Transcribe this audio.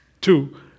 two